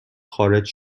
خارج